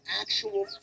actual